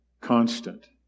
constant